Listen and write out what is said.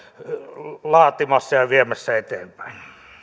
laatimassa ja ja viemässä eteenpäin